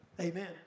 Amen